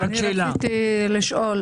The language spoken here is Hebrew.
כן, רציתי לשאול.